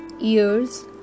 ears